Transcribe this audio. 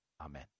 Amen